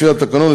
לפי התקנון,